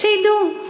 שידעו,